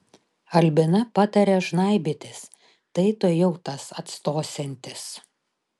albina patarė žnaibytis tai tuojau tas atstosiantis